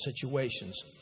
Situations